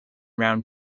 round